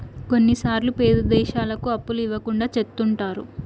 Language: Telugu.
కొన్నిసార్లు పేద దేశాలకు అప్పులు ఇవ్వకుండా చెత్తుంటారు